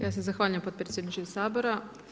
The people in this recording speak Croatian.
Ja se zahvaljujem potpredsjedniče Sabora.